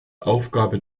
aufgabe